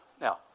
Now